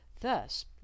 Thus